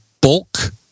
bulk